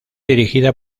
dirigida